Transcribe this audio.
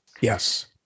yes